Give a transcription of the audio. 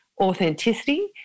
authenticity